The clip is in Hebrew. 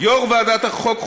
יושב-ראש ועדת החוקה,